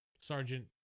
Sergeant